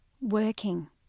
working